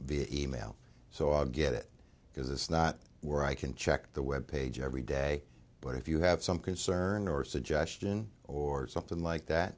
via e mail so i get it because it's not where i can check the web page every day but if you have some concern or suggestion or something like that